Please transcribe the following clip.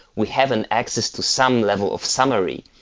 we have an access to some level of summary.